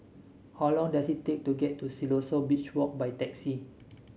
how long does it take to get to Siloso Beach Walk by taxi